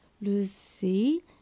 Lucy